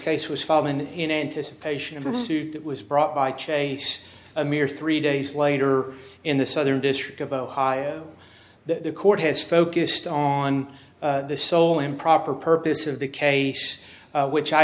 case was fallen in anticipation of the suit was brought by chase a mere three days later in the southern district of ohio the court has focused on the sole improper purpose of the case which i